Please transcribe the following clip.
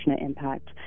impact